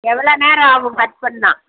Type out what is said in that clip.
எவ்வளோ நேரம் ஆகும் கட் பண்ணா